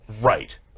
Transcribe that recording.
Right